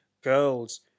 girls